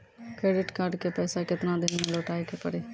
Credit card के पैसा केतना दिन मे लौटाए के पड़ी?